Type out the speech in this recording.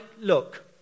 look